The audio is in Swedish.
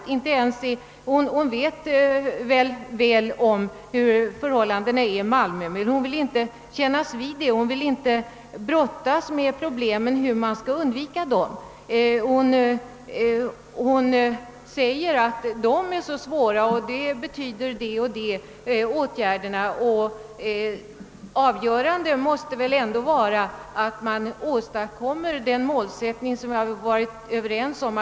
Hon känner väl till hur situationen är i Malmö men hon vill inte bry sig om det. Hon vill inte brottas med frågan hur problemet skall kunna lösas. Hon sade att det är så svårt att eventuella åtgärder innebär det och det o.s.v. Men det avgörande måste väl ändå vara att försöka uppnå det mål vi varit överens om.